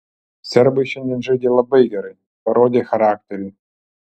serbai šiandien žaidė labai gerai parodė charakterį